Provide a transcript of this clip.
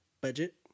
Budget